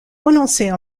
renoncer